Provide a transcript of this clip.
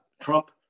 Trump